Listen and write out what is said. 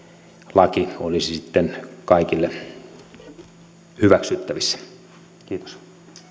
laki olisi sitten kaikille hyväksyttävissä kiitos